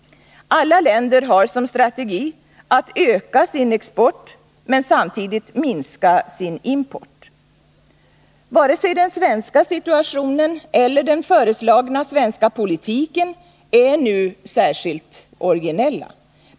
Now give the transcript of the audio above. Alla länder har som strategi att öka sin export men samtidigt minska sin import. Varken den svenska situationen eller den föreslagna svenska politiken är nu särskilt originella.